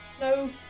No